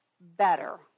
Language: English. better